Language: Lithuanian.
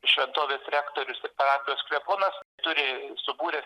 šventovės rektorius parapijos klebonas turi subūręs